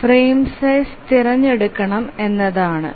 frame size തിരഞ്ഞെടുക്കണം എന്നതാണ്